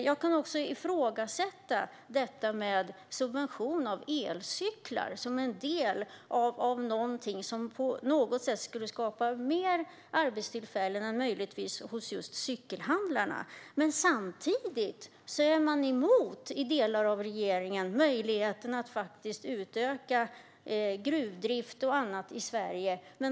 Jag ifrågasätter också om subventionen av elcyklar skapar fler arbetstillfällen än hos just cykelhandlarna. Samtidigt är delar av regeringen emot möjligheten att utöka gruvdrift och annat i Sverige.